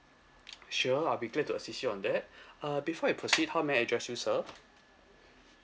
sure I'll be glad to assist you on that uh before I proceed how may I address you sir